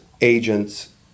agents